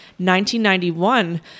1991